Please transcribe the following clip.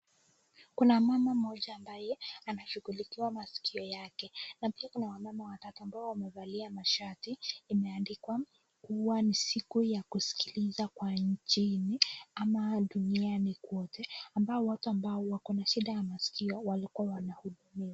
Kuna mama mmoja ambaye anashughulikiwa masikio yake. Na pia kuna wamama watatu ambao wamevaa mashati imeandikwa kuwa ni siku ya kusikiliza kwa nchini ama duniani kote. Ambao watu ambao wako na shida ya masikio walikuwa wanahudumiwa.